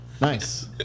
nice